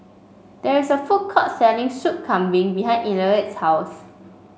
there is a food court selling Soup Kambing behind Elliott's house